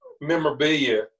memorabilia